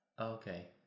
okay